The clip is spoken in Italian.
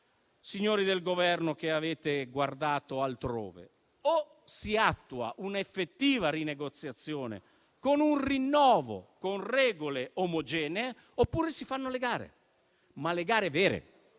signori del Governo, che avete guardato altrove, delle due l'una: o si attua un'effettiva rinegoziazione, con un rinnovo con regole omogenee, oppure si fanno le gare, ma quelle vere,